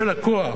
של הכוח,